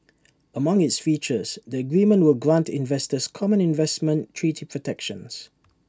among its features the agreement will grant investors common investment treaty protections